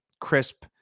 crisp